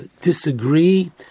disagree